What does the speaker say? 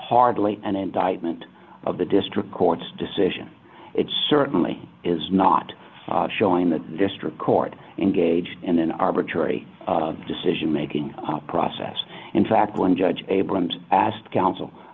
hardly an indictment of the district court's decision it certainly is not showing the district court engaged in an arbitrary decision making process in fact one judge abrams asked counsel